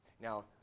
now